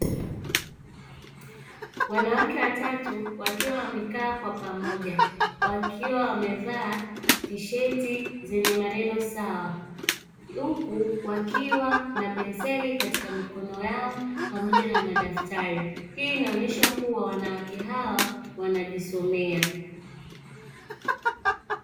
Wanawake watatu wakiwa wamekaa kwa pamoja wakiwa wamevaa tsheti zenye maneno sawa huku wakiwa na penseli kwenye mikono yao pamoja na madaftari hiyo inaonyesha kuwa wanawake hawa wanajisomea.